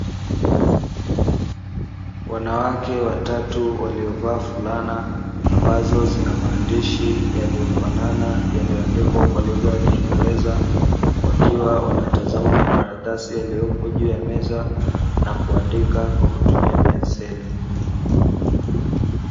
Wanawake watatu waliovaa fulana ambazo zinamaandishi yaliyofanana na yaliyoandikwa kwa lugha ya kingereza, wakiwa wanatazama makaratasi yaliyopo juu ya meza, na kuandika kwa kutumia penseli.